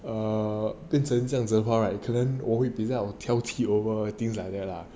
err 变成这样讲的话 right 可能我会比较挑剔 over things like that lah